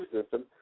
system